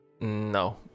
No